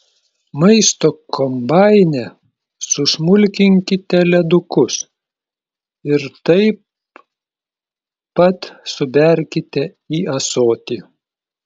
maisto kombaine susmulkinkite ledukus ir taip pat suberkite į ąsotį